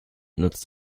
nutzt